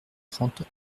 trente